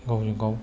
गावजों गाव